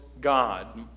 God